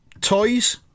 Toys